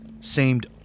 seemed